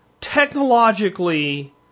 technologically